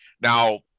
now